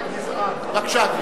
בבקשה.